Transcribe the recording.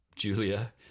Julia